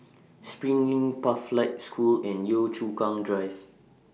SPRING LINK Pathlight School and Yio Chu Kang Drive